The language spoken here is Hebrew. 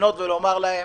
לפנות מפה ולומר להם